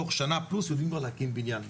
תוך שנה פלוס יודעים כבר להקים בניין..",